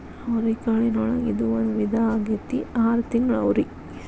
ಅವ್ರಿಕಾಳಿನೊಳಗ ಇದು ಒಂದ ವಿಧಾ ಆಗೆತ್ತಿ ಆರ ತಿಂಗಳ ಅವ್ರಿ